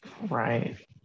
Right